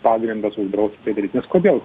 pagrindas uždrausti tai daryt nes kodėl